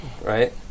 right